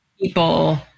people